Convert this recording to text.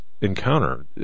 encounter